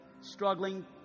struggling